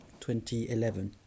2011